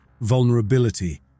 vulnerability